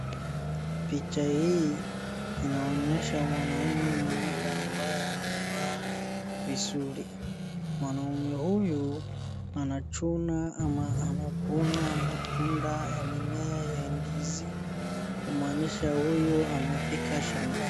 Picha hii inaonyesha mwanume mmoja ambaye amevaa vizuri. Mwanaume huyu anachuna ama anavuna matunda ya mimea ya ndizi, kumaanisha huyu amefika shambani.